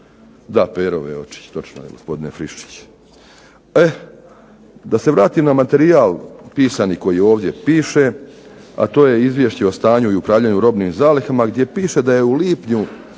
Da, Pero Veočić točno je gospodine Friščić. E da se vratim na materijal pisani koji ovdje piše, a to je Izvješće o stanju i upravljanju robnim zalihama gdje piše da je u lipnju